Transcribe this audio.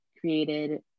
created